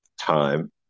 time